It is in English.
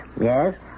Yes